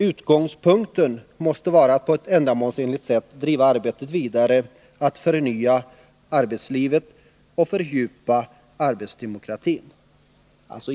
Utgångspunkten måste vara att på ett ändamålsenligt sätt driva arbetet vidare med att förnya arbetslivet och fördjupa arbetsdemokratin.